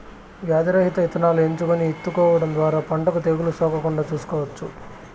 వ్యాధి రహిత ఇత్తనాలను ఎంచుకొని ఇత్తుకోవడం ద్వారా పంటకు తెగులు సోకకుండా చూసుకోవచ్చు